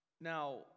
now